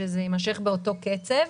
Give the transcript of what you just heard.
שזה יימשך באותו קצב.